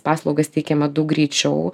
paslaugas teikiame daug greičiau